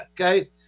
okay